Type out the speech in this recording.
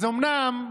אז אומנם,